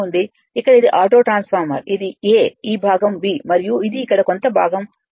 ఉంది ఇక్కడ ఇది ఆటో ట్రాన్స్ఫార్మర్ ఇది A ఈ భాగం B మరియు ఇది ఇక్కడ కొంత భాగం c